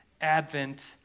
advent